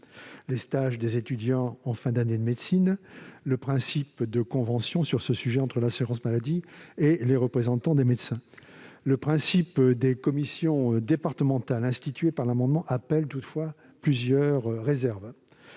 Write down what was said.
les stages des étudiants en fin d'année de médecine, le principe de convention sur ce sujet entre l'assurance maladie et les représentants des médecins. Toutefois, le principe des commissions départementales que l'amendement vise à instituer appelle plusieurs réserves.